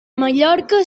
mallorca